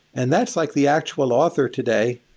and that's like the actual author today.